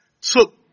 took